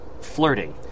flirting